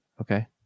okay